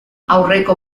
aurreko